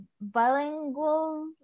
bilingual